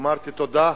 אמרתי: תודה,